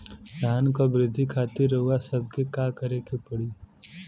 धान क वृद्धि खातिर रउआ सबके का करे के पड़ी?